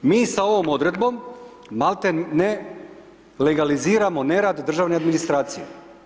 Mi s ovom odredbom, maltene legaliziramo nerad državne administracije.